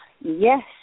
Yes